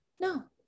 No